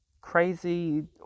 crazy